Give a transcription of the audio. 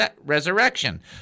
resurrection